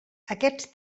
aquests